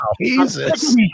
Jesus